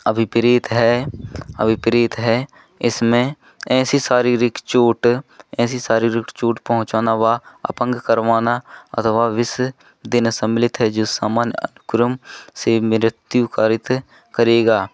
अभिप्रेत है अभिप्रेत है इसमें ऐसी शारीरिक चोट ऐसी शारीरिक चोट पहुँचाना व अपंग करवाना अथवा विष देना सम्मिलित है जो सामान्य आक्रमण से से मृत्यु कारित करेगा